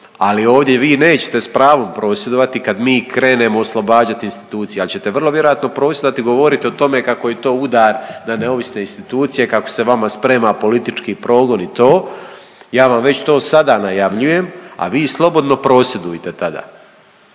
Ali ovdje vi nećete s pravom prosvjedovati kad mi krenemo oslobađati institucije, ali ćete vrlo vjerojatno …/Govornik se ne razumije./… govoriti o tome kako je to udar na neovisne institucije, kako se vama sprema politički progon i to. Ja vam već to sada najavljujem, a vi slobodno prosvjedujte tada.